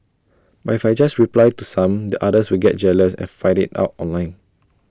but if I just reply to some the others will get jealous and fight IT out online